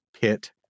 pit